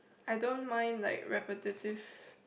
I don't mind like repetitive